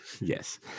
Yes